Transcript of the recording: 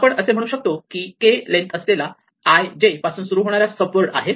आपण असे म्हणू शकतो की एक k लेन्थ असलेला i j पासून सुरू होणारा सब वर्ड आहे